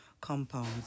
compounds